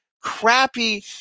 crappy